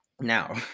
now